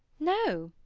no.